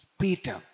Peter